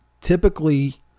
typically